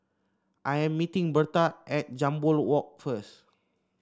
I am meeting Berta at Jambol Walk first